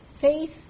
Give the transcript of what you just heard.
Faith